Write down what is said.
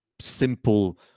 simple